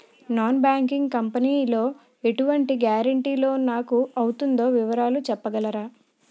Non banking company లో ఎటువంటి guarantee loan నాకు అవుతుందో వివరాలు చెప్పగలరా?